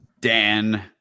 dan